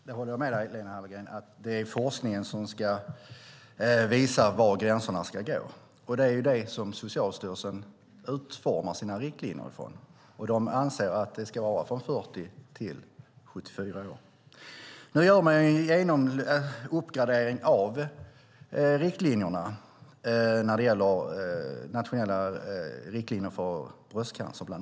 Herr talman! Det stämmer, och där håller jag med dig Lena Hallengren, att det är forskningen som ska visa var gränserna ska gå. Det är vad Socialstyrelsen utformar sina riktlinjer från. De anser att gränsen ska vara från 40 till 74 år. Nu gör man en uppgradering av riktlinjerna, och det gäller bland annat de nationella riktlinjerna för bröstcancer.